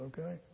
okay